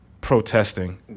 protesting